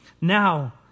Now